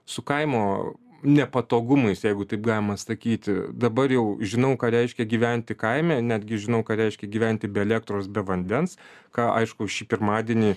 su kaimo nepatogumais jeigu taip galima sakyti dabar jau žinau ką reiškia gyventi kaime netgi žinau ką reiškia gyventi be elektros be vandens ką aišku šį pirmadienį